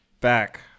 back